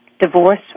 divorce